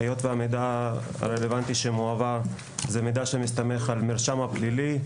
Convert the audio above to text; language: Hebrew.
היות והמידע הרלוונטי שמועבר הוא מידע שמסתמך על המרשם הפלילי,